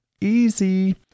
Easy